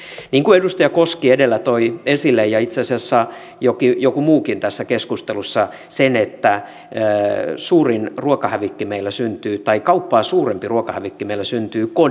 niin kuin edustaja koski edellä toi esille ja itse asiassa joku muukin tässä keskustelussa synnyttää jälleen suurin ruokahävikki meillä syntyy tai kauppaa suurempi ruokahävikki meillä syntyy kodeissa